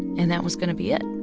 and that was going to be it